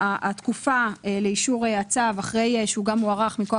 התקופה לאישור הצו אחרי שהוא גם הוארך מכוח